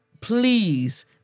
please